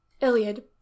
Iliad